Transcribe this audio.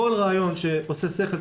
כל רעיון שעושה שכל,